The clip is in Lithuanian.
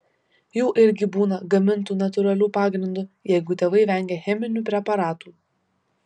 jų irgi būna gamintų natūraliu pagrindu jeigu tėvai vengia cheminių preparatų